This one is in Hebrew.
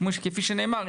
כפי שנאמר,